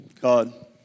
God